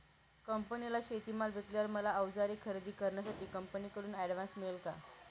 कंपनीला शेतीमाल विकल्यावर मला औजारे खरेदी करण्यासाठी कंपनीकडून ऍडव्हान्स मिळेल का?